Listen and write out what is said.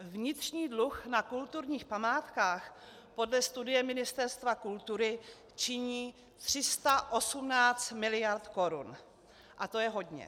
Vnitřní dluh na kulturních památkách podle studie Ministerstva kultury činí 318 miliard korun a to je hodně.